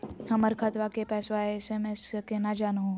हमर खतवा के पैसवा एस.एम.एस स केना जानहु हो?